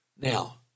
Now